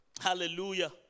Hallelujah